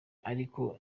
ariko